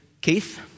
Keith